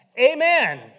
Amen